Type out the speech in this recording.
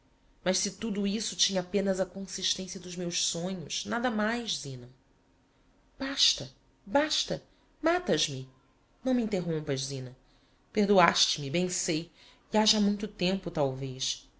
mas se tudo isso tinha apenas a consistencia dos meus sonhos nada mais zina basta basta matas me não me interrompas zina perdoáste me bem sei e ha já muito tempo talvez